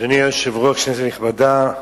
אדוני היושב-ראש, כנסת נכבדה,